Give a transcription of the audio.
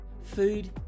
Food